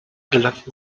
gelangten